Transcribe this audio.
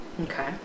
Okay